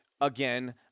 Again